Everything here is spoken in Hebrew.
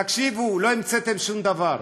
תקשיבו, לא המצאתם שום דבר,